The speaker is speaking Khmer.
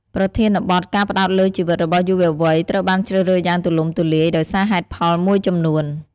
ប្រធានបទ ការផ្តោតលើជីវិតរបស់យុវវ័យ ត្រូវបានជ្រើសរើសយ៉ាងទូលំទូលាយ ដោយសារហេតុផលមួយចំនួន។